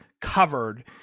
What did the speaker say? covered